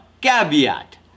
caveat